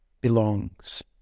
belongs